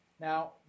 Now